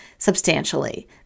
substantially